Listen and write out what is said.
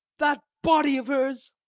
that body of hers.